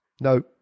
No